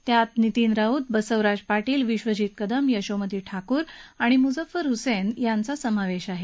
यामध्ये नितीन राऊत बसवराज पाटील विश्वजित कदम यशोमती ठाकूर आणि मुझ्झफर हुसेन यांचा समावेश आहे